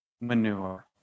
manure